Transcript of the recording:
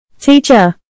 Teacher